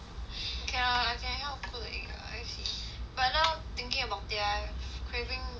okay lah I can help to cook the egg ah as if but now thinking about it ah I have craving 面